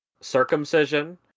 circumcision